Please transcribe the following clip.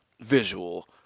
visual